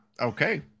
okay